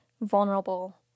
vulnerable